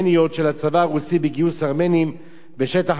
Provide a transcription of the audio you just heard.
הצבא הרוסי בגיוס ארמנים בשטח הטורקי.